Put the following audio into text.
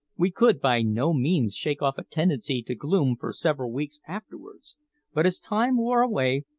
we could by no means shake off a tendency to gloom for several weeks afterwards but as time wore away,